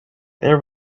there